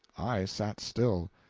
i sat still.